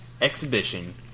exhibition